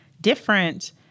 different